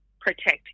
protect